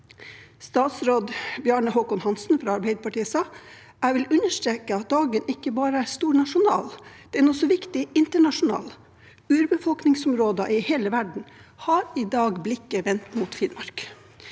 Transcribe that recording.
Statsråd Bjarne Håkon Hanssen fra Arbeiderpartiet sa: «Jeg vil understreke at dagen ikke bare er stor nasjonalt, den er også viktig internasjonalt. Urbefolkningsområder i hele verden har i dag blikket vendt mot Finnmark.»